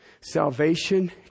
salvation